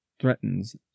threatens